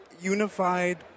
unified